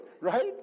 right